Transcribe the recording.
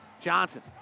Johnson